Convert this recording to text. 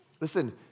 listen